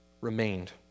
remained